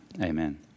amen